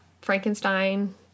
Frankenstein